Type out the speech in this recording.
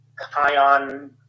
Kion